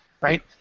Right